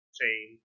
chain